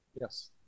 Yes